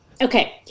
Okay